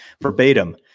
Verbatim